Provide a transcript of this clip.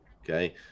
Okay